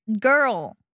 girl